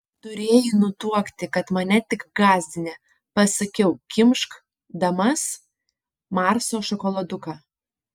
turėjai nutuokti kad mane tik gąsdini pasakiau kimš damas marso šokoladuką